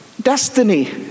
destiny